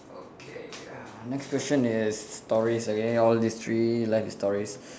okay ya next question is stories okay all these three left is stories